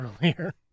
earlier